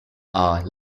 are